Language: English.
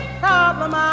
problem